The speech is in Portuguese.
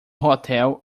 hotel